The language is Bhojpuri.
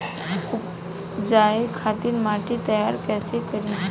उपजाये खातिर माटी तैयारी कइसे करी?